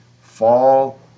fall